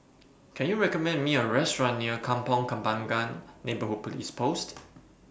Can YOU recommend Me A Restaurant near Kampong Kembangan Neighbourhood Police Post